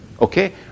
Okay